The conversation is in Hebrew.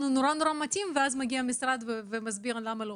נורא מתאים ואז מגיע המשרד ומסביר למה לא.